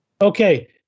Okay